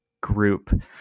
group